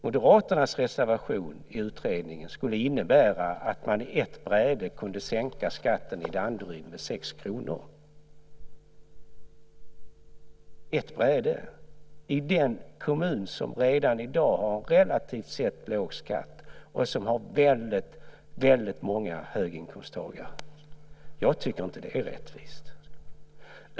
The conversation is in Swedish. Moderaternas reservation i utredningen skulle innebära att man på ett bräde kunde sänka skatten i Danderyd med 6 kr, i den kommun som redan i dag har relativt sett låg skatt och som har väldigt många höginkomsttagare. Jag tycker inte att det är rättvist.